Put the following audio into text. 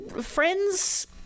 friends